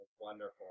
Wonderful